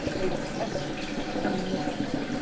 they were tested and mitzvah.